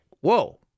whoa